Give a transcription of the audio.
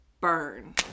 Burn